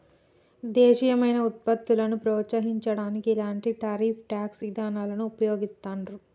దేశీయమైన వుత్పత్తులను ప్రోత్సహించడానికి ఇలాంటి టారిఫ్ ట్యేక్స్ ఇదానాలను వుపయోగిత్తండ్రు